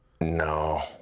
No